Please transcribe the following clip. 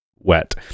wet